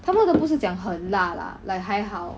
他们的不是讲很辣啦 like 还好